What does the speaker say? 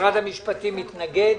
משרד המשפטים התנגד.